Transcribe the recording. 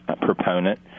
proponent